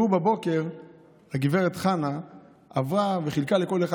בבוקר גב' חנה עברה וחילקה לכל אחד